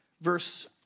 verse